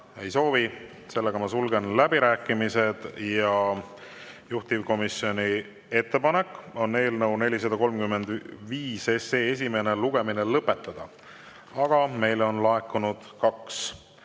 Ei soovi. Ma sulgen läbirääkimised. Juhtivkomisjoni ettepanek on eelnõu 435 esimene lugemine lõpetada. Aga meile on laekunud kaks